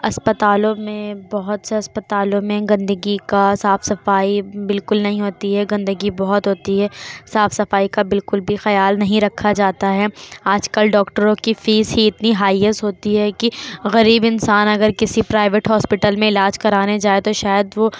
اسپتالوں میں بہت سے اسپتالوں میں گندگی کا صاف صفائی بالکل نہیں ہوتی ہے گندگی بہت ہوتی ہے صاف صفائی کا بالکل بھی خیال نہیں رکھا جاتا ہے آج کل ڈاکٹروں کی فیس ہی اتنی ہائیسٹ ہوتی ہے کہ غریب انسان اگر کسی پرائیویٹ ہاسپیٹل میں علاج کرانے جائے تو شاید وہ